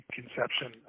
conception